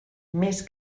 més